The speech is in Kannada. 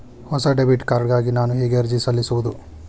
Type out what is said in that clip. ಹೊಸ ಡೆಬಿಟ್ ಕಾರ್ಡ್ ಗಾಗಿ ನಾನು ಹೇಗೆ ಅರ್ಜಿ ಸಲ್ಲಿಸುವುದು?